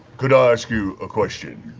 could i ask you a question?